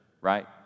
right